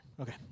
Okay